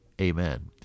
Amen